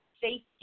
safety